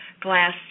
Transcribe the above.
glass